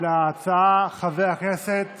להצעה חבר הכנסת